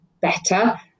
better